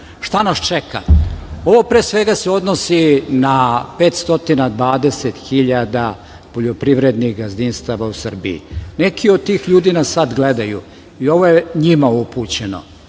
Šta nas čeka? Ovo pre svega se odnosi na 520.000 poljoprivrednih gazdinstava u Srbiji. Neki od tih ljudi nas sad gledaju i ovo je njima upućeno.